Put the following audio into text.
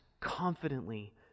confidently